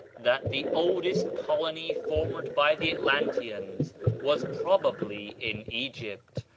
that the oldest colony formed by the atlanteans was probably in egypt,